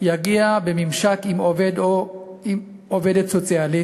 יגיע לממשק עם עובד או עובדת סוציאלית.